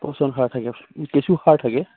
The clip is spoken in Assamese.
পচন সাৰ থাকে কেঁচু সাৰ থাকে